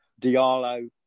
Diallo